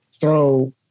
throw